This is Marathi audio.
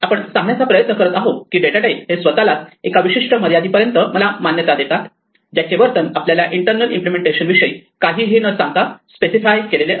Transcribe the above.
आपण सांगण्याचा प्रयत्न करत आहोत की डेटा टाइप हे स्वतःलाच एका विशिष्ट मर्यादेपर्यंत मला मान्यता देतात ज्याचे वर्तन आपल्याला इंटरनल इम्पलेमेंटेशन विषयी काहीही न सांगता स्पेसिफाय केलेले असते